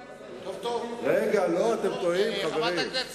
רגע, אתם טועים, חברים.